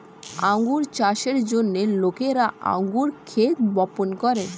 আঙ্গুর চাষের জন্য লোকেরা আঙ্গুর ক্ষেত বপন করে